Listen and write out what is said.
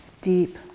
deep